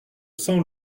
sans